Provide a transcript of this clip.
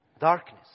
darkness